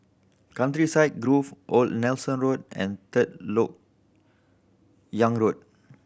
Countryside Grove Old Nelson Road and Third Lok Yang Road